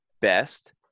best